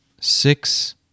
six